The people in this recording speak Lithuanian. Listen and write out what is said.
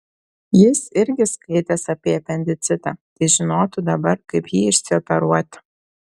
jis irgi skaitęs apie apendicitą tai žinotų dabar kaip jį išsioperuoti